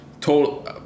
total